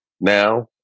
now